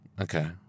Okay